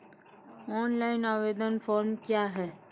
Online आवेदन form क्या हैं?